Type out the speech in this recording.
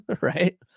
right